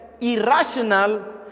irrational